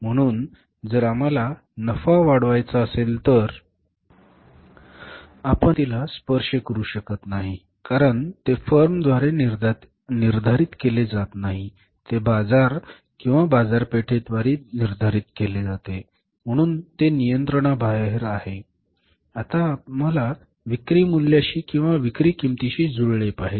म्हणून जर आम्हाला नफा वाढवायचा असेल तर आपण विक्री किंमतीला स्पर्श करू शकत नाही कारण ते फर्मद्वारे निर्धारित केले जात नाही ते बाजार किंवा बाजारपेठेद्वारे निर्धारित केले जाते म्हणून ते नियंत्रणाबाहेर आहे आता आम्हाला विक्री मूल्याशी किंवा विक्री किमतीशी जुळले पाहिजे